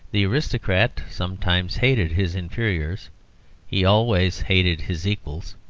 the aristocrat sometimes hated his inferiors he always hated his equals.